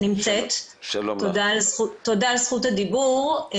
תודה על זכות הדיבור.